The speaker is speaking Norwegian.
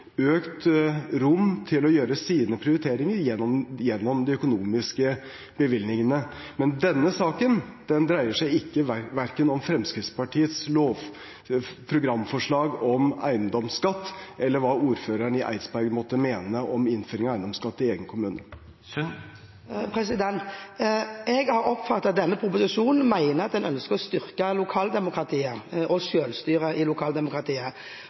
økt rom til å gjøre sine prioriteringer, gjennom de økonomiske bevilgningene. Denne saken dreier seg verken om Fremskrittspartiets programforslag om eiendomsskatt eller om hva ordføreren i Eidsberg måtte mene om innføring av eiendomsskatt i egen kommune. Jeg har oppfattet denne proposisjonen slik at en ønsker å styrke lokaldemokratiet, det lokale selvstyret. Jeg har i